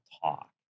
talk